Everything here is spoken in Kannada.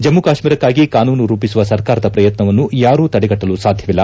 ಜಮ್ಮು ಕಾಶೀರಕ್ಕಾಗಿ ಕಾನೂನು ರೂಪಿಸುವ ಸರ್ಕಾರದ ಪ್ರಯತ್ನವನ್ನು ಯಾರೂ ತಡೆಗಟ್ಟಲು ಸಾಧ್ಯವಿಲ್ಲ